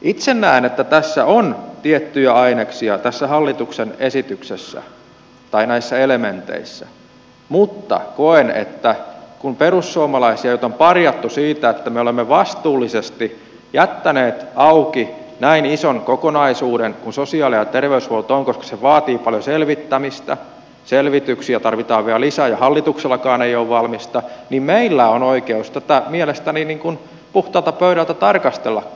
itse näen että tässä hallituksen esityksessä tai näissä elementeissä on tiettyjä aineksia mutta koen että perussuomalaisilla joita on parjattu siitä että me olemme vastuullisesti jättäneet auki näin ison kokonaisuuden kuin sosiaali ja terveydenhuolto on koska se vaatii paljon selvittämistä selvityksiä tarvitaan vielä lisää ja hallituksellakaan ei ole valmista on oikeus tätä mielestäni puhtaalta pöydältä tarkastellakin